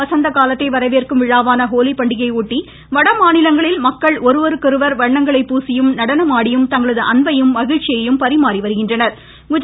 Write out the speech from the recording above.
வசந்த காலத்தை வரவேற்கும் விழாவான ஹோலி பண்டிகையை ஒட்டி மாநிலங்களில் மக்கள் ஒருவருக்கொருவர் வண்ணங்களை வட பூசியும் நடனமாடியும் தங்களது அன்பையும் மகிழ்ச்சியையும் பரிமாறி வருகின்றனர்